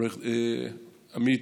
עמית,